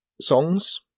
songs